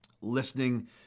Listening